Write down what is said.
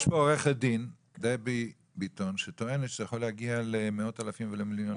יש פה עו"ד דבי ביטון שטוענת שזה יכול להגיע למאות אלפים ולמיליונים.